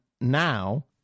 now